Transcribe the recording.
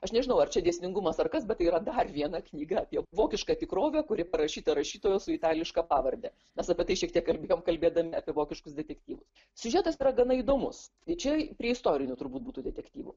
aš nežinau ar čia dėsningumas ar kas bet tai yra dar viena knyga apie vokišką tikrovę kuri parašyta rašytojo su itališka pavarde mes apie tai šiek tiek kalbėjom kalbėdami apie vokiškus detektyvus siužetas yra gana įdomus čia prie istorinių turbūt būtų detektyvų